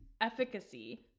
efficacy